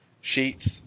sheets